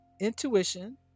intuition